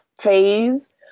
phase